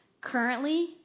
currently